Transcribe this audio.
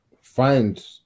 find